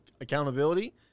accountability